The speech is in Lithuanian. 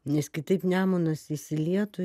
nes kitaip nemunas išsilietų